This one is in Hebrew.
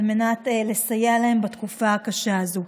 על מנת לסייע להן בתקופה הקשה הזו.